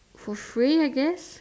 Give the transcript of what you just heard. for free I guess